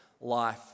life